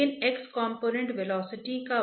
क्योंकि आप जानते हैं कि क्या हो रहा है